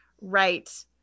Right